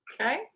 Okay